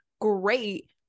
great